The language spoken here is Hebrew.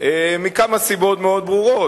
מכמה סיבות מאוד ברורות.